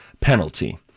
penalty